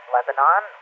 Lebanon